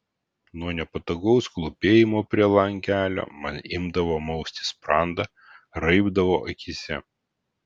nuo nepatogaus klūpėjimo prie langelio man imdavo mausti sprandą raibdavo akyse